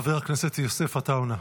חבר הכנסת יוסף עטאונה.